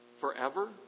forever